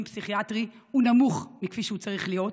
פסיכיאטרי הוא נמוך מכפי שהוא צריך להיות.